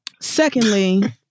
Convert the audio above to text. Secondly